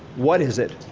what is it?